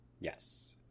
Yes